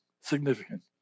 significant